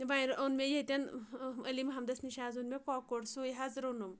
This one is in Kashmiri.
تہٕ وۄنۍ اوٚن مےٚ ییٚتؠن علی محمدَس نِش حظ اوٚن مےٚ کۄکُر سُے حظ روٚنُم